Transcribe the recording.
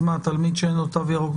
אז תלמיד שאין לו תו ירוק,